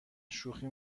شوخی